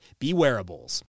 BeWearables